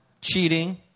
Cheating